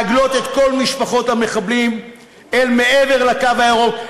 להגלות את כל משפחות המחבלים אל מעבר לקו הירוק.